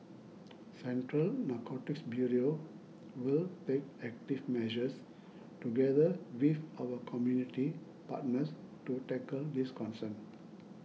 Central Narcotics Bureau will take active measures together with our community partners to tackle this concern